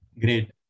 great